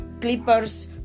Clippers